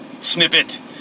snippet